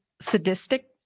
sadistic